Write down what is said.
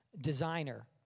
designer